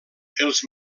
els